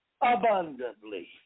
abundantly